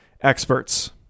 experts